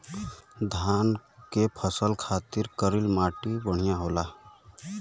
धान के फसल खातिर करील माटी बढ़िया होला